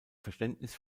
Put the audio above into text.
verständnis